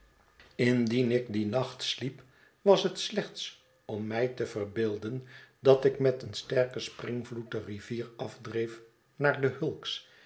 indien ik dien nacht sliep was het slechts om mij te verbeelden dat ik met een sterken springvloed de rivier afdreef naar de hulks